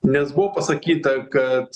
nes buvo pasakyta kad